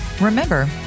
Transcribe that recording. Remember